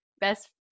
best